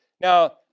Now